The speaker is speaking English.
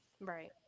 Right